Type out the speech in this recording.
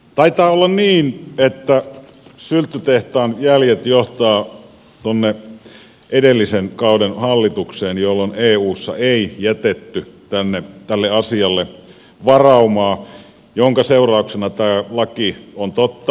taitaa olla niin että sylttytehtaan jäljet johtavat tuonne edellisen kauden hallitukseen jolloin eussa ei jätetty tälle asialle varaumaa minkä seurauksena tämä laki on totta